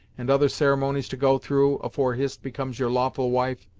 and other ceremonies to go through, afore hist becomes your lawful wife,